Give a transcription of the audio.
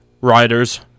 riders